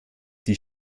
die